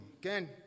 Again